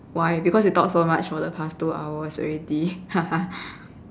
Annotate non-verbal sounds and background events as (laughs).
why because you talk so much for the past two hours already (laughs)